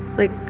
like,